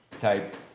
type